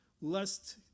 lest